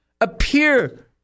appear